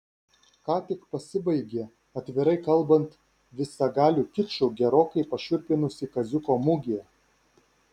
ką tik pasibaigė atvirai kalbant visagaliu kiču gerokai pašiurpinusi kaziuko mugė